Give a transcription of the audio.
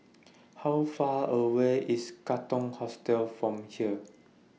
How Far away IS Katong Hostel from here